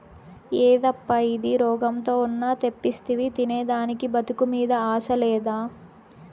యేదప్పా ఇది, రోగంతో ఉన్న తెప్పిస్తివి తినేదానికి బతుకు మీద ఆశ లేదా